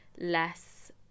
less